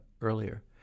earlier